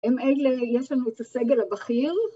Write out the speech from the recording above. הם אלה, יש לנו את הסגל הבכיר